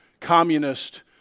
communist